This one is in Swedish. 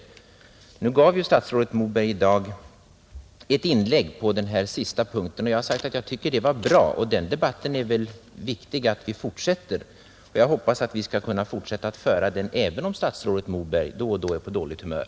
På den sista punkten gjorde statsrådet Moberg ett inlägg i dag, och jag tycker som sagt att det var bra. Det är viktigt att vi fortsätter den debatten, och jag hoppas att vi skall kunna fortsätta att föra den även om statsrådet Moberg då och då är på dåligt humör.